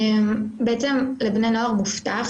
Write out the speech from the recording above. בעצם לבני נוער מובטח,